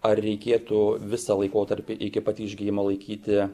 ar reikėtų visą laikotarpį iki pat išgijimo laikyti